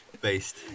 Based